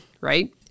right